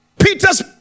Peter's